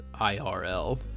IRL